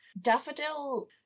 Daffodil